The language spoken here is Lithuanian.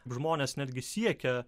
žmonės netgi siekia